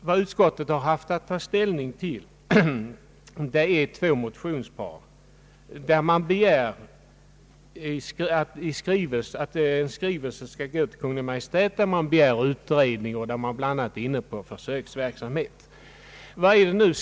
Vad utskottet haft att ta ställning till är två motionspar, vari hemställs att riksdagen hos Kungl. Maj:t skall begära utredning om och förslag till en plan för försöksverksamhet med föräldrautbildning.